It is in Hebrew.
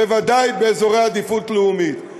בוודאי באזורי עדיפות לאומית.